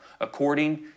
according